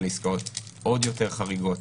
אלה עסקאות עוד יותר חריגות.